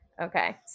Okay